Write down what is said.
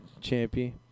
champion